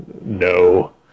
No